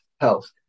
Health